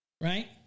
Right